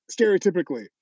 stereotypically